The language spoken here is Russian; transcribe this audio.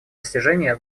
достижение